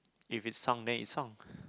if it sunk then it's sunk